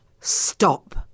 Stop